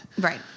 Right